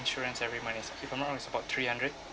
insurance every month is if I'm not wrong is about three hundred